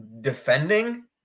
defending